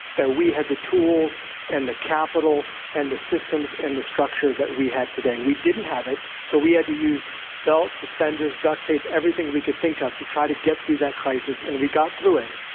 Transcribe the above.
that we had the tools and the capital and the systems and the structure that we have today. we didn't have it, so we had to use belts, suspenders, duct tape, everything we could think of, to try to get through that crisis. and we got through it,